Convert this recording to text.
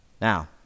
Now